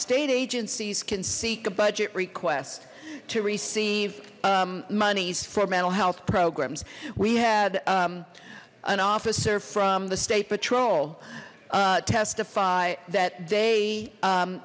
state agencies can seek a budget request to receive monies for mental health programs we had an officer from the state patrol testify that they u